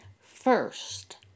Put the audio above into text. first